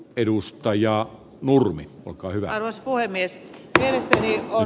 edustaja ilmi onko hyvää naispuhemies mielestäni on